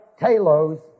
talos